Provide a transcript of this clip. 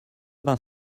vingt